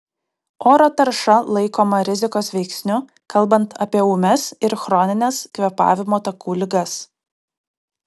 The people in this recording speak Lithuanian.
oro tarša laikoma rizikos veiksniu kalbant apie ūmias ir chronines kvėpavimo takų ligas